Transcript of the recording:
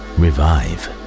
revive